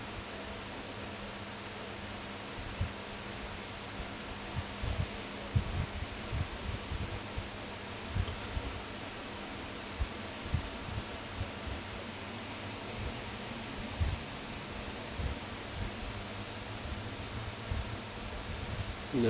no